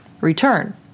return